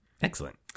Excellent